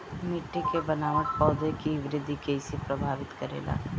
मिट्टी के बनावट पौधों की वृद्धि के कईसे प्रभावित करेला?